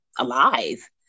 Alive